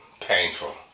Painful